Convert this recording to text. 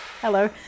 Hello